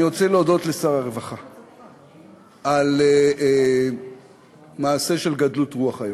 אני רוצה להודות לשר הרווחה על מעשה של גדלות רוח היום.